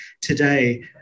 today